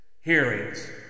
hearings